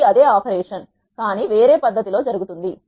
ఇది అదే ఆపరేషన్ కానీ వేరే పద్ధతి లో జరుగుతుంది